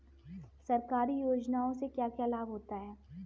सरकारी योजनाओं से क्या क्या लाभ होता है?